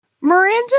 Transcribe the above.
Miranda